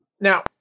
Now